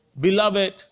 Beloved